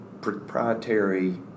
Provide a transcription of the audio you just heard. proprietary